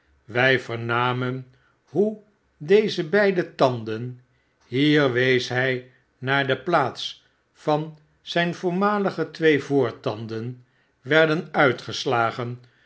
wy vernamen hoe deze beide tanden hier wees hy naar de plaats van zyn voormalige twee voortanden werden uitgeslagen